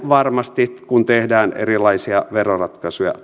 varmasti tullaan palaamaan kun tehdään erilaisia veroratkaisuja